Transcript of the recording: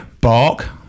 bark